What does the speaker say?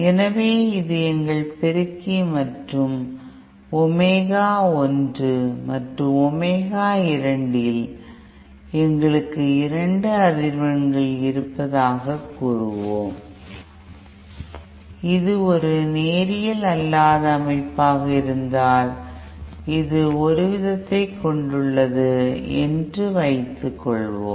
எனவே இது எங்கள் பெருக்கி மற்றும் ஒமேகா 1 மற்றும் ஒமேகா 2 இல் எங்களுக்கு 2 அதிர்வெண்கள் இருப்பதாகக் கூறுவோம் இது ஒரு நேரியல் அல்லாத அமைப்பாக இருந்தால் இது ஒருவிதத்தைக் கொண்டுள்ளது என்று வைத்துக்கொள்வோம்